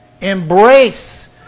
Embrace